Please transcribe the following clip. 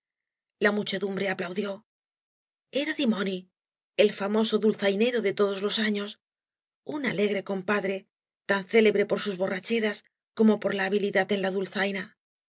la muchedumbre aplaudió era dimoni el famoso dulzainero de todos los años un alegre compadre tan célebre por sus borracheras como por la habilidad en la